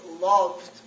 loved